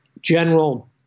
General